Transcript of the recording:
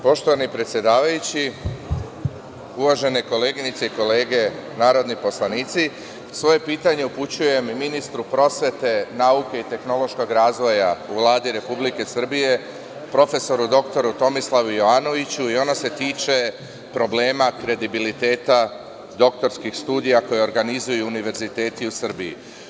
Poštovani predsedavajući, uvažene koleginice i kolege narodni poslanici, svoje pitanje upućujem ministru prosvete, nauke i tehnološkog razvoja u Vladi Republike Srbije, prof. dr Tomislavu Jovanoviću i ona se tiče problema kredibiliteta doktorskih studija koje organizuju univerziteti u Srbiji.